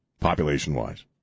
population-wise